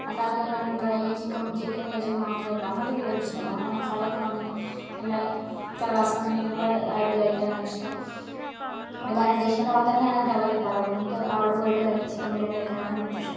മസാലയൊന്നും ഇല്ലാണ്ട് dry chicken ചിക്കനും നെയ്ച്ചോറും മാത്രായിട്ടുള്ള അങ്ങനത്തെ ബിരിയാണി ഇഷ്ടമല്ല നല്ല മസാലയൊക്കെ വന്നിട്ട് നല്ല ചള്ളാസും അങ്ങനെയൊക്കെ ഉള്ള ആയിട്ട് കഴിക്കാനാണ് ഇഷ്ടം അപ്പോൾ ഞാൻ ഉദ്ദേശിക്കുന്ന പോലെ തന്നെയാണ് എനിക്കവിടെ കിട്ടാറ് അതുകൊണ്ട് എനിക്കത് അവിടെ പോയിട്ട് കഴിക്കാൻ ചിക്കൻ ബിരിയാണി കഴിക്കാനാണ് ഏറ്റവും ഇഷ്ടം